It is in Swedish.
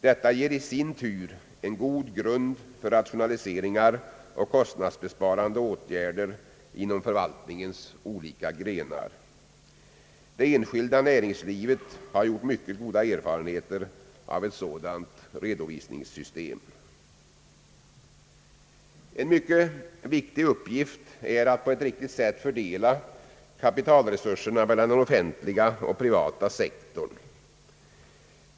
Detta ger i sin tur en god grund för rationaliseringar och kostnadsbesparande åtgärder inom förvaltningens olika grenar. Det enskilda näringslivet har gjort mycket goda erfarenheter av ett sådant redovisningssystem. En mycket viktig uppgift är att på ett riktigt sätt fördela kapitalresurserna mellan den offentliga och den privata sektorn.